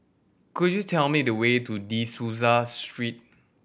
could you tell me the way to De Souza Street